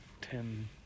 ten